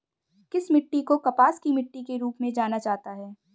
किस मिट्टी को कपास की मिट्टी के रूप में जाना जाता है?